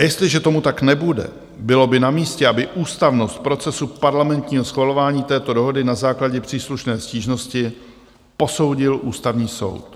A jestliže tomu tak nebude, bylo by namístě, aby ústavnost procesu parlamentního schvalování této dohody na základě příslušné stížnosti posoudil Ústavní soud.